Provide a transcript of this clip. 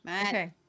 Okay